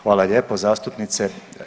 Hvala lijepo zastupnice.